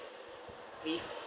with